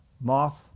moth